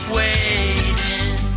waiting